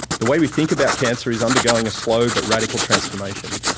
the way we think about cancer is undergoing a slow but radical transformation.